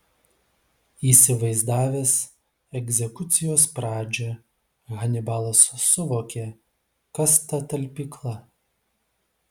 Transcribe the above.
įsivaizdavęs egzekucijos pradžią hanibalas suvokė kas ta talpykla